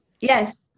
yes